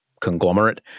conglomerate